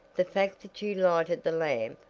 the fact that you lighted the lamp,